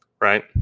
right